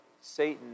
Satan